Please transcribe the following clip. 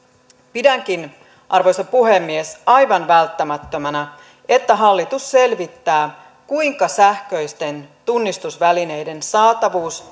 pidänkin arvoisa puhemies aivan välttämättömänä että hallitus selvittää kuinka sähköisten tunnistusvälineiden saatavuus